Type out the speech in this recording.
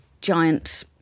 giant